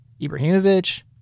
Ibrahimovic